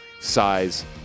size